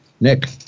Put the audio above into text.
Nick